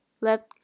let